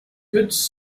goods